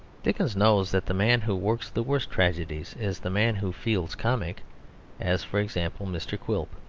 dickens knows that the man who works the worst tragedies is the man who feels comic as for example, mr. quilp.